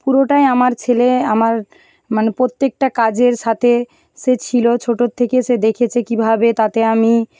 পুরোটাই আমার ছেলে আমার মানে প্রত্যেকটা কাজের সাথে সে ছিলো ছোটোর থেকে সে দেখেছে কীভাবে তাতে আমি